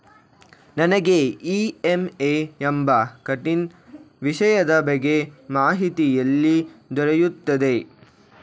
ನನಗೆ ಇ.ಎಂ.ಐ ಎಂಬ ಕಠಿಣ ವಿಷಯದ ಬಗ್ಗೆ ಮಾಹಿತಿ ಎಲ್ಲಿ ದೊರೆಯುತ್ತದೆಯೇ?